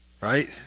right